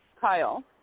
Kyle